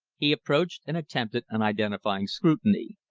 he approached, and attempted an identifying scrutiny.